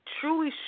truly